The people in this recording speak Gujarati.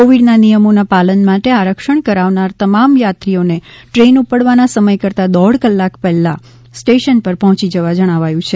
કોવિડના નિયમોના પાલન માટે આરક્ષણ કરાવનાર તમામ યાત્રીઓને દ્રેન ઉપડવાના સમય કરતાં દોઢ કલાક પહેલા સ્ટેશન ઉપર પહોંચી જવા જણાવાયું છે